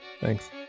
thanks